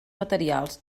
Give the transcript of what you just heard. materials